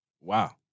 Wow